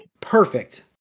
perfect